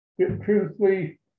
truthfully